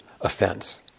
offense